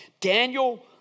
Daniel